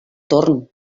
torn